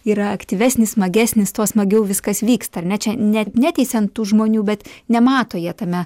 yra aktyvesnis smagesnis tuo smagiau viskas vyksta ar ne čia ne neteisiant tų žmonių bet nemato jie tame